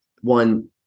One